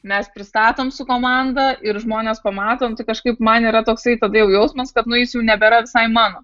mes pristatom su komanda ir žmonės pamato nu tai kažkaip man yra toksai tada jau jausmas kad nu jis jau nebėra visai mano